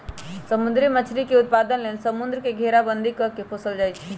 समुद्री मछरी के उत्पादन लेल समुंद्र के घेराबंदी कऽ के पोशल जाइ छइ